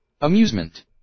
Amusement